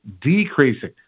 decreasing